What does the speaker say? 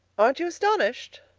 aren't you astonished?